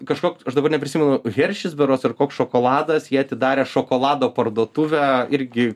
kažkoks aš dabar neprisimenu heršis berods ar koks šokoladas jie atidarė šokolado parduotuvę irgi